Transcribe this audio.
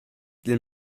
dil